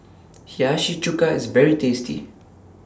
Hiyashi Chuka IS very tasty